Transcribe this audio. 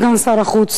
סגן שר החוץ,